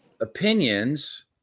opinions